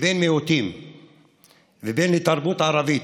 כבן מיעוטים וכבן לתרבות הערבית,